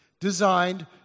designed